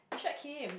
Irshad came